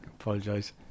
Apologise